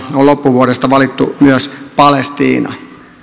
on loppuvuodesta valittu myös palestiina